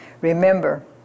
Remember